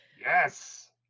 Yes